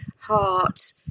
heart